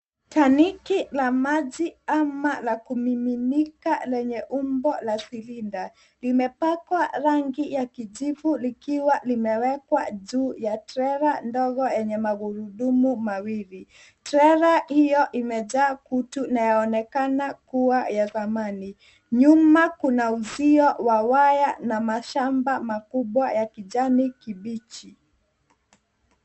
Tanki la maji au la kumiminika lenye umbo la silinda. Limepakwa rangi ya kijivu likiwa limewekwa juu ya trela ndogo yenye magurudumu mawili. Trela hiyo imejaa kutu na yaonekana kuwa ya zamani. Nyuma kuna uzio wa waya na mashamba makubwa ya kijani kibichi.